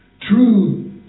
True